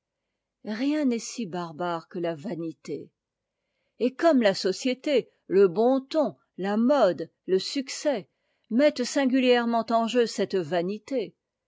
rien n'est si barbare que la vanité et comme la société le bon ton la mode le succès mettent singulièrement en jeu cette vanité